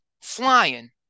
flying